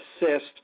Assist